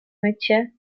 mycie